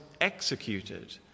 executed